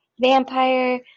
vampire